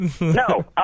No